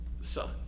son